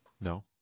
no